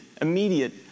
immediate